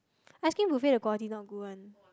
ice cream buffet the quality not good one